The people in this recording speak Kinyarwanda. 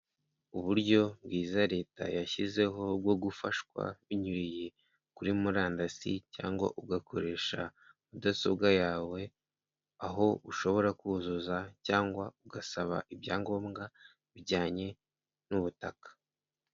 Uburyo bwiza leta yashyizeho bwo gufashwa binyuriye kuri murandasi cyangwa ugakoresha mudasobwa yawe, aho ushobora kuzuza cyangwa ugasaba ibyangombwa bijyanye n'ubutaka.